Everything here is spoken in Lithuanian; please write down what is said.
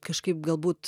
kažkaip galbūt